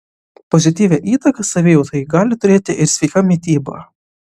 pozityvią įtaką savijautai gali turėti ir sveika mityba